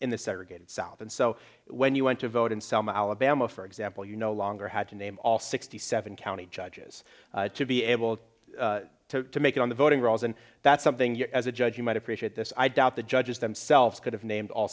in the segregated south and so when you went to vote in selma alabama for example you no longer had to name all sixty seven county judges to be able to make it on the voting rolls and that's something you as a judge you might appreciate this i doubt the judges themselves could have named all